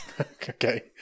Okay